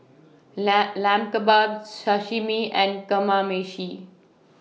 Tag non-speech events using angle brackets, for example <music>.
<unintelligible> Lamb Kebabs Sashimi and Kamameshi